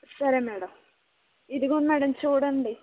సరే మేడం ఇదిగో మేడం చూడండి